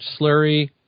slurry